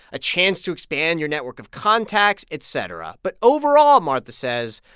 a chance to expand your network of contacts, etc. but overall, martha says,